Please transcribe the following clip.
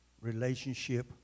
relationship